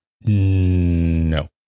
No